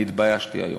אני התביישתי היום.